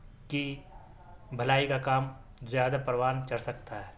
کی بھلائی کا زیادہ پروان چڑھ سکتا ہے